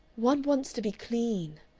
one wants to be clean.